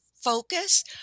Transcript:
focus